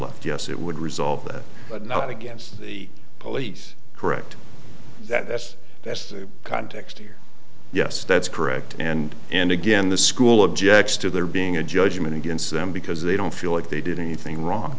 left yes it would resolve that but not against the police correct that's that's the context here yes that's correct and and again the school objects to there being a judgment against them because they don't feel like they did anything wrong